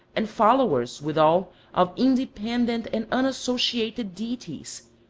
and followers withal of independent and unassociated deities,